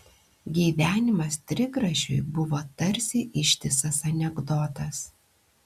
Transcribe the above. gyvenimas trigrašiui buvo tarsi ištisas anekdotas